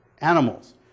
Animals